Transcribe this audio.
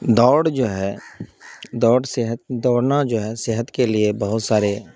دوڑ جو ہے دوڑ صحت دوڑنا جو ہے صحت کے لیے بہت سارے